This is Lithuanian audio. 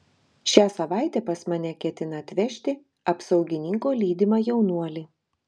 šią savaitę pas mane ketina atvežti apsaugininko lydimą jaunuolį